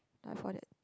like for that